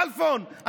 כלפון,